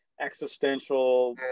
existential